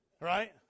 Right